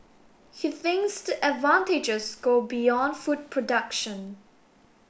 he thinks the advantages go beyond food production